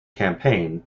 campaign